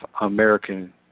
American